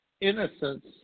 innocence